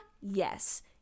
Yes